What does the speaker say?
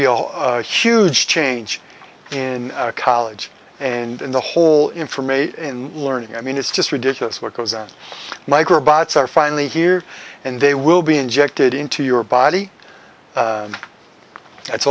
real huge change in college and in the whole information in learning i mean it's just ridiculous what goes on micro bots are finally here and they will be injected into your body it's